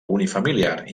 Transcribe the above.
unifamiliar